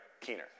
Keener